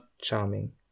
charming